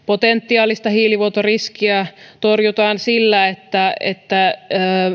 potentiaalista hiilivuotoriskiä torjutaan sillä että että